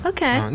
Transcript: Okay